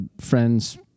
Friends